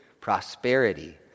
prosperity